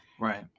Right